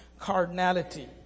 cardinality